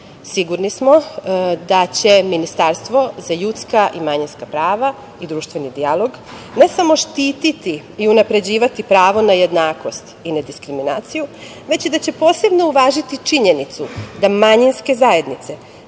društva. Sigurni smo da će Ministarstvo za ljudska i manjinska prava i društveni dijalog, ne samo štititi i unapređivati pravo na jednakost i nediskriminaciju, već i da će posebno uvažiti činjenicu da manjinske zajednice